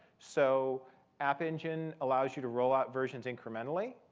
so app engine allows you to roll out versions incrementally.